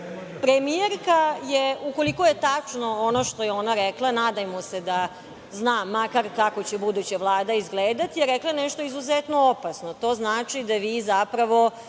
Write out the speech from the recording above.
oba. Premijerka je, ukoliko je tačno ono što je ona rekla, nadajmo se da zna makar kako će buduća vlada izgledati, rekla nešto izuzetno opasno. To znači da vi zapravo